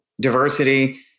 Diversity